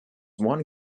one